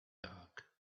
dark